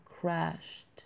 crashed